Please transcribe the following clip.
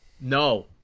No